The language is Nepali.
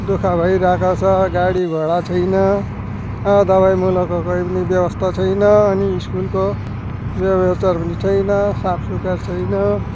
दु ख भइरहेको छ गाडी घोडा छैन दबईमुलोको केही पनि व्यवस्था छैन अनि स्कुलको व्यवस्थाहरू छैन साफसुग्घर छैन